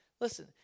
listen